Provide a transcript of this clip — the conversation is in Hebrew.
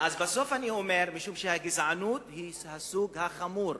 בסוף אני אומר, משום שהגזענות היא סוג חמור